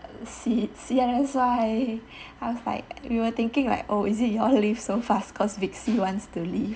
see see ah that's why I was like we were thinking like oh is it you all leave so fast cause vic wants to leave